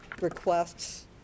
requests